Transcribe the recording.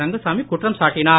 ரங்கசாமி குற்றம் சாட்டினார்